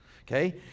okay